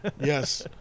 Yes